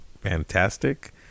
fantastic